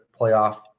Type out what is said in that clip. playoff